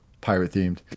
pirate-themed